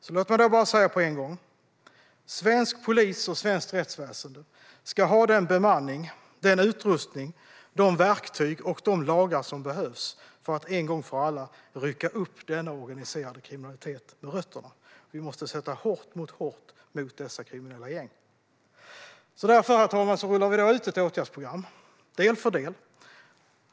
Låt mig alltså bara säga på en gång: Svensk polis och svenskt rättsväsen ska ha den bemanning, den utrustning, de verktyg och de lagar som behövs för att en gång för alla rycka upp denna organiserade kriminalitet med rötterna. Vi måste sätta hårt mot hårt mot dessa kriminella gäng. Därför, herr talman, rullar vi del för del ut ett åtgärdsprogram.